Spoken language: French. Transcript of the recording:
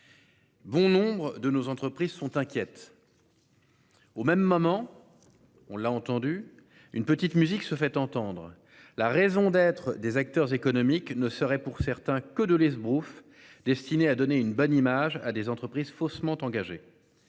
Bon nombre de nos entreprises sont inquiète. Au même moment. On l'a entendu une petite musique se fait entendre. La raison d'être des acteurs économiques ne seraient pour certains que de l'esbrouffe destinée à donner une bonne image à des entreprises faussement engagé.